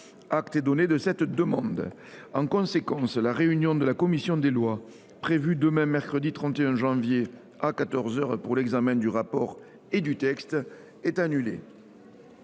Acte est donné de cette demande. En conséquence, la réunion de la commission des lois, prévue demain, mercredi 31 janvier, à quatorze heures, pour l’examen du rapport et du texte, est annulée.